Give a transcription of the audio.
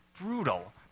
brutal